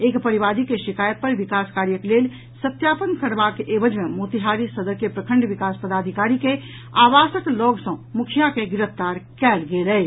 एक परिवादी के शिकायत पर विकास कार्यक लेल सत्यापन करबाक एवज मे मोतिहारी सदर के प्रखंड विकास पदाधिकारी के आवासक लऽग सँ मुखिया के गिरफ्तार कयल गेल अछि